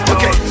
Okay